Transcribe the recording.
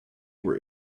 were